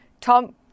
Tom